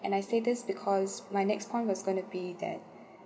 and I say this because my next point was gonna be that